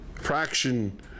fraction